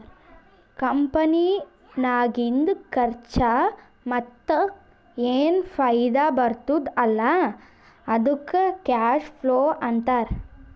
ಕಂಪನಿನಾಗಿಂದ್ ಖರ್ಚಾ ಮತ್ತ ಏನ್ ಫೈದಾ ಬರ್ತುದ್ ಅಲ್ಲಾ ಅದ್ದುಕ್ ಕ್ಯಾಶ್ ಫ್ಲೋ ಅಂತಾರ್